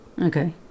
Okay